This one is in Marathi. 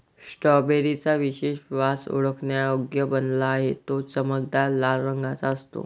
स्ट्रॉबेरी चा विशेष वास ओळखण्यायोग्य बनला आहे, तो चमकदार लाल रंगाचा असतो